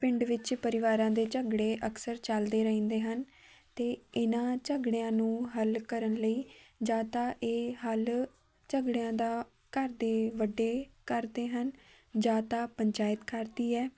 ਪਿੰਡ ਵਿੱਚ ਪਰਿਵਾਰਾਂ ਦੇ ਝਗੜੇ ਅਕਸਰ ਚੱਲਦੇ ਰਹਿੰਦੇ ਹਨ ਅਤੇ ਇਹਨਾਂ ਝਗੜਿਆਂ ਨੂੰ ਹੱਲ ਕਰਨ ਲਈ ਜਾਂ ਤਾਂ ਇਹ ਹੱਲ ਝਗੜਿਆਂ ਦਾ ਘਰ ਦੇ ਵੱਡੇ ਕਰਦੇ ਹਨ ਜਾਂ ਤਾਂ ਪੰਚਾਇਤ ਕਰਦੀ ਹੈ